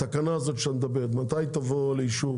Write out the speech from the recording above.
מתי תבוא לאישור